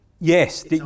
Yes